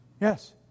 Yes